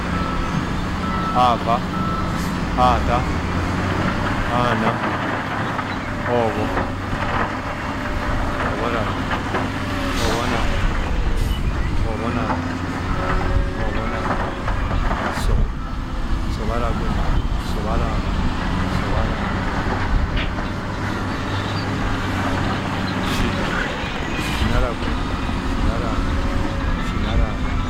Gwen ava, atar, ana, obho, obhorayen, obhonava obhonatar obhonana, sub, sub ara gwen, sub arava sub arana, sin, sin ara gwen, sin ara ava, sin ara atar